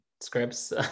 scripts